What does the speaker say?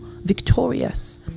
victorious